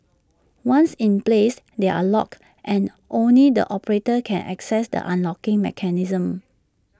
once in place they are locked and only the operator can access the unlocking mechanism